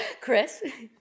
Chris